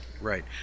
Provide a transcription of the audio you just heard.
Right